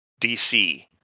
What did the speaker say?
DC